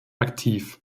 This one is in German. aktiv